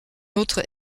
autre